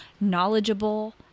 knowledgeable